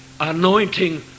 anointing